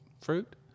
fruit